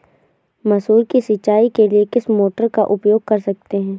मसूर की सिंचाई के लिए किस मोटर का उपयोग कर सकते हैं?